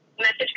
Message